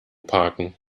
parken